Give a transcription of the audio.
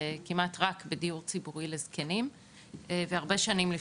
כמעט רק בדיור ציבורי לזקנים והרבה שנים,